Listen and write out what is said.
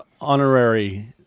honorary